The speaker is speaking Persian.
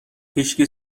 هیشکی